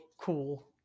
cool